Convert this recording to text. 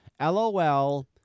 LOL